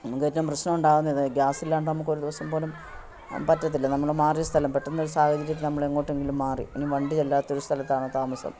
നമുക്ക് ഏറ്റവും പ്രശ്നം ഉണ്ടാവുന്നത് ഗ്യാസില്ലാണ്ട് നമുക്ക് ഒരു ദിവസംപോലും പറ്റത്തില്ല നമ്മൾ മാറിയ സ്ഥലം പെട്ടന്ന് ഒരു സാഹചര്യത്തിൽ നമ്മൾ എങ്ങോട്ടെങ്കിലും മാറി ഇനി വണ്ടി ചെല്ലാത്തൊരു സ്ഥലത്താണ് താമസം